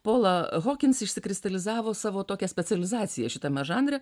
pola hokins išsikristalizavo savo tokią specializaciją šitame žanre